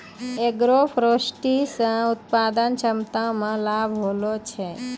agroforestry से उत्पादन क्षमता मे लाभ होलो छै